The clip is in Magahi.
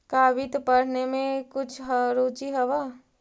का वित्त पढ़ने में कुछ रुचि हवअ